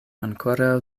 ankoraŭ